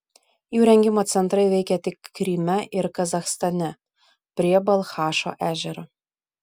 jų rengimo centrai veikė tik kryme ir kazachstane prie balchašo ežero